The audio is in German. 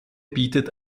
bildet